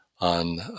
on